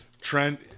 Trent